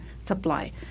supply